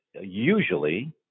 usually